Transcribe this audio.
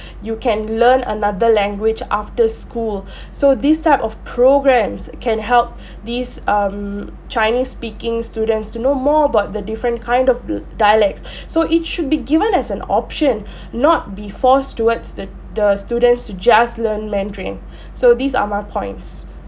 you can learn another language after school so this type of programs can help these um chinese speaking students to know more about the different kind of l~ dialects so it should be given as an option not be forced towards the the students to just learn mandarin so these are my points